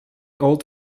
old